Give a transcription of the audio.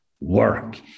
work